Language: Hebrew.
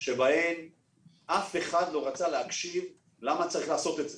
שבהן אף אחד לא רצה להקשיב למה צריך לעשות את זה,